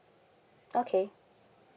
okay